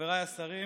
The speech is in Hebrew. חבריי השרים,